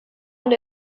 und